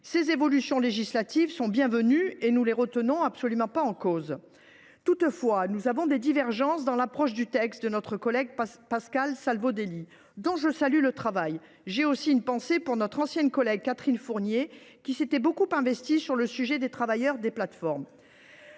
Ces évolutions législatives seront bienvenues et nous ne les remettons absolument pas en cause. Toutefois, nous avons des divergences avec la proposition de résolution de notre collègue Pascal Savoldelli, dont je salue malgré tout le travail. J’ai aussi une pensée pour notre ancienne collègue Catherine Fournier, qui s’était beaucoup investie sur le sujet. Vous appelez,